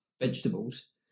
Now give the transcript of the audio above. vegetables